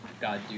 God